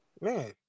Man